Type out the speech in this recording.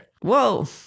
Whoa